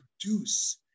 produce